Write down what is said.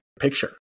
Picture